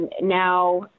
now